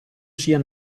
sia